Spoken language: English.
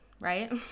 right